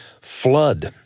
flood